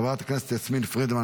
חברת הכנסת שרן מרים השכל,